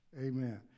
Amen